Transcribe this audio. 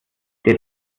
der